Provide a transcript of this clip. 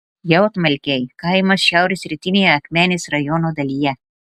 jautmalkiai kaimas šiaurės rytinėje akmenės rajono dalyje